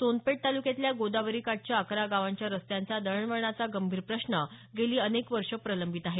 सोनपेठ तालुक्यातल्या गोदावरी काठच्या अकरा गावांच्या रस्त्यांचा दळणवळणाचा गंभीर प्रश्न गेली अनेक वर्षे प्रलंबित आहे